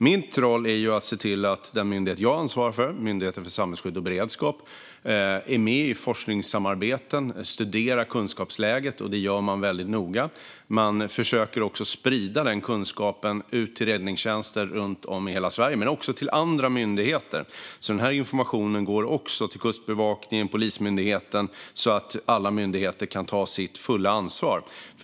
Min roll är att se till att den myndighet jag ansvarar för, Myndigheten för samhällsskydd och beredskap, är med i forskningssamarbeten och studerar kunskapsläget, vilket man gör väldigt noga. Man försöker också att sprida den kunskapen ut till räddningstjänster runt om i hela Sverige och till andra myndigheter. Denna information går också till Kustbevakningen och Polismyndigheten, så att alla myndigheter kan ta sitt fulla ansvar.